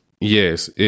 Yes